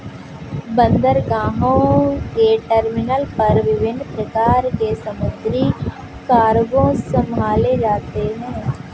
बंदरगाहों के टर्मिनल पर विभिन्न प्रकार के समुद्री कार्गो संभाले जाते हैं